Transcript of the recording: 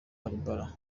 barbara